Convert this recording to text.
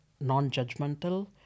non-judgmental